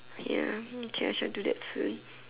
ya mm K I shall do that soon